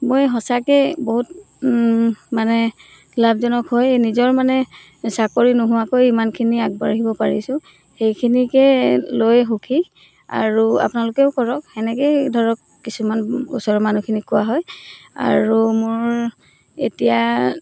মই সঁচাকৈয়ে বহুত মানে লাভজনক হয় নিজৰ মানে চাকৰি নোহোৱাকৈ ইমানখিনি আগবাঢ়িব পাৰিছোঁ সেইখিনিকে লৈ সুখী আৰু আপোনালোকেও কৰক সেনেকৈয়ে ধৰক কিছুমান ওচৰৰ মানুহখিনিক কোৱা হয় আৰু মোৰ এতিয়া